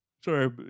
Sorry